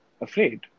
afraid